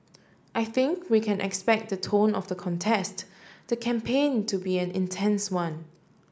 I think we can expect the tone of the contest the campaign to be an intense one